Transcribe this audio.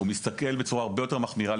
הוא מסתכל בצורה הרבה יותר מחמירה,